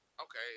Okay